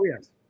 yes